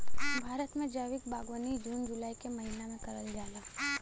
भारत में जैविक बागवानी जून जुलाई के महिना में करल जाला